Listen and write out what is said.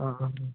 ଓହୋ